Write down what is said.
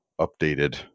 updated